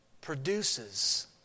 produces